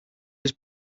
was